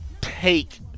take